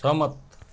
सहमत